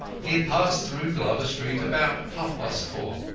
he had passed through glover street about half-past four.